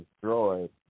destroyed